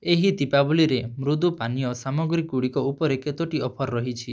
ଏହି ଦୀପାବଳିରେ ମୃଦୁ ପାନୀୟ ସାମଗ୍ରୀ ଗୁଡ଼ିକ ଉପରେ କେତୋଟି ଅଫର୍ ରହିଛି